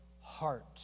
heart